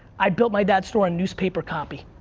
i built my dad's store on newspaper copy.